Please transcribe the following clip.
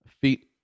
Feet